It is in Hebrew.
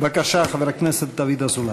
בבקשה, חבר הכנסת דוד אזולאי.